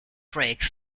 tracks